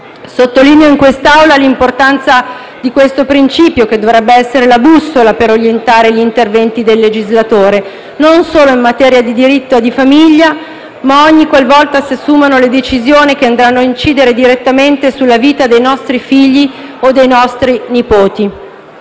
Sottolineo in quest'Aula l'importanza di questo principio, che dovrebbe essere la bussola per orientare gli interventi del legislatore non solo in materia di diritto di famiglia, ma ogni qualvolta si assumono le decisioni che andranno a incidere direttamente sulla vita dei nostri figli o dei nostri nipoti.